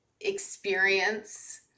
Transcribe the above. experience